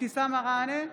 אבתיסאם מראענה,